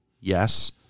Yes